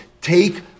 Take